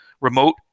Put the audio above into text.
remote